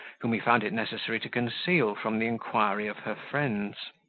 whom he found it necessary to conceal from the inquiry of her friends.